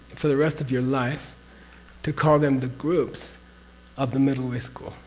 for the rest of your life to call them the groups of the middle way school.